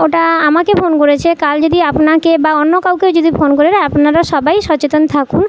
ওটা আমাকে ফোন করেছে কাল যদি আপনাকে বা অন্য কাউকেও যদি ফোন করেরা আপনারা সবাই সচেতন থাকুন